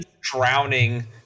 drowning